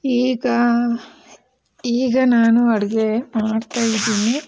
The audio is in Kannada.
ಈಗ ಈಗ ನಾನು ಅಡುಗೆ ಮಾಡ್ತಾ ಇದ್ದೀನಿ